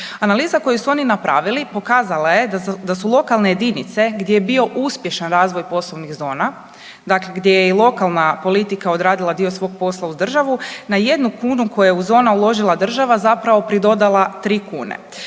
Analiza koju su oni napravili pokazala je da su lokalne jedinice gdje je bio uspješan razvoj poslovnih zona dakle gdje je i lokalna politika odradila dio svog posla uz državu na 1 kunu koja je u zonu uložila država zapravo pridodala 3 kune.